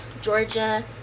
Georgia